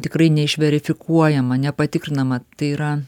tikrai ne išverifikuojama nepatikrinama tai yra